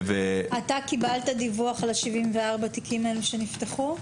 אתה קיבלת דיווח על 74 התיקים האלה שנפתחו?